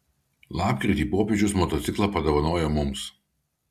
lapkritį popiežius motociklą padovanojo mums